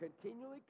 continually